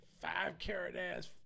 five-carat-ass